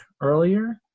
earlier